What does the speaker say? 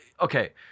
okay